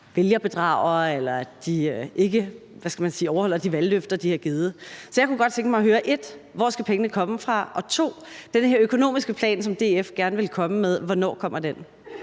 sige, at de er nogle, der ikke overholder de valgløfter, de har givet. Så jeg kunne godt tænke mig at høre: 1) Hvor skal pengene komme fra, og 2) hvornår kommer den her økonomiske plan, som DF gerne vil komme med? Kl. 15:45 Den